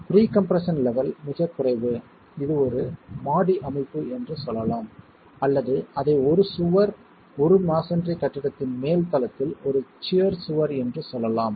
pre compression level மிகக் குறைவு இது ஒரு மாடி அமைப்பு என்று சொல்லலாம் அல்லது அதை ஒரு சுவர் ஒரு மஸோன்றி கட்டிடத்தின் மேல் தளத்தில் ஒரு சியர் சுவர் என்று சொல்லலாம்